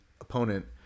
opponent